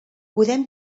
podem